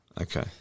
Okay